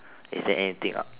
is there anything a